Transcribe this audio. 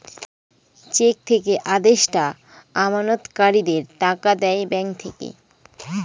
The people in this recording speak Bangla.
চেক থেকে আদেষ্টা আমানতকারীদের টাকা দেয় ব্যাঙ্ক থেকে